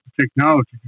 technology